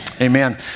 Amen